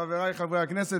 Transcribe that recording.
חבריי חברי הכנסת,